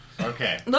Okay